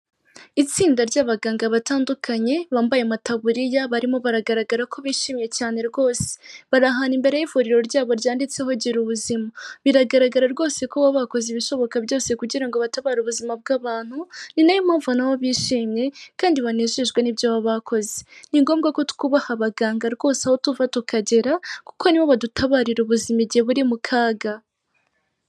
Itsinda ry'abaganga batandukanye bambaye amataburiya barimo baragaragara ko bishimye cyane rwose. Bari ahantu imbere y'ivuriro ryabo ryanditseho gira ubuzima. Biragaragara rwose ko baba bakoze ibishoboka byose kugira ngo batabare ubuzima bw'abantu, ni nayo mpamvu na bo bishimye kandi banejejwe n'ibyo baba bakoze. Ni ngombwa ko twubaha abaganga rwose aho tuva tukagera kuko ni bo badutabarira ubuzima igihe buri mu kaga.